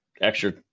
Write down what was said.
extra